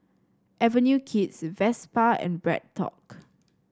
Avenue Kids Vespa and BreadTalk